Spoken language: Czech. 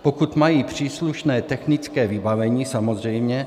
Pokud mají příslušné technické vybavení samozřejmě.